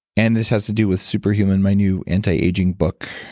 and this has to do with superhuman, my new anti-aging book.